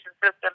system